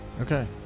Okay